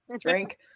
drink